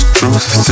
truth